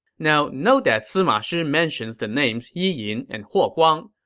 now, note that sima shi mentions the names yi yin and huo guang.